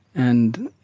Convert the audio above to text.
and,